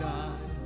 God